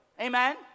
Amen